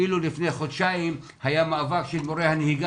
אפילו לפני חודשיים היה מאבק של מורי הנהיגה